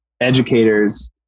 educators